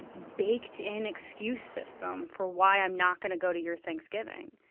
baked-in excuse system for why i'm not going to go to your thanksgiving.